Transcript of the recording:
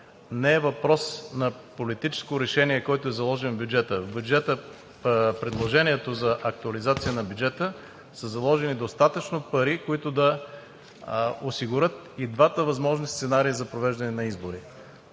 не е въпрос на политическо решение, заложен в бюджета. В предложението за актуализация на бюджета са заложени достатъчно пари, които да осигурят и двата възможни сценария за провеждане на избори.